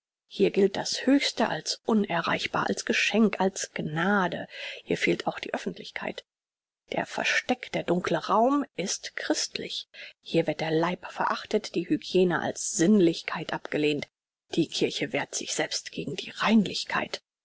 hier gilt das höchste als unerreichbar als geschenk als gnade hier fehlt auch die öffentlichkeit der versteck der dunkle raum ist christlich hier wird der leib verachtet die hygiene als sinnlichkeit abgelehnt die kirche wehrt sich selbst gegen die reinlichkeit